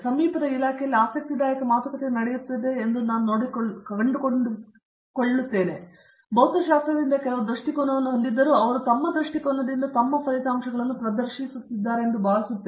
ಸಮೀಪದ ಇಲಾಖೆಯಲ್ಲಿ ಆಸಕ್ತಿದಾಯಕ ಮಾತುಕತೆ ನಡೆಯುತ್ತಿದೆ ಎಂದು ನಾನು ಕಂಡುಕೊಳ್ಳುತ್ತಿದ್ದೇನೆ ಭೌತಶಾಸ್ತ್ರದಿಂದ ನೀವು ಕೆಲವು ದೃಷ್ಟಿಕೋನವನ್ನು ಹೊಂದಿದ್ದರೂ ಅವರು ತಮ್ಮ ದೃಷ್ಟಿಕೋನದಿಂದ ತಮ್ಮ ಫಲಿತಾಂಶಗಳನ್ನು ಪ್ರದರ್ಶಿಸುತ್ತಿದ್ದಾರೆ ಎಂದು ನಾನು ಭಾವಿಸುತ್ತೇನೆ